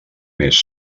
més